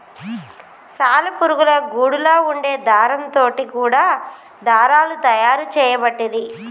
సాలె పురుగుల గూడులా వుండే దారం తోటి కూడా దారాలు తయారు చేయబట్టిరి